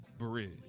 bridge